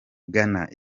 ghana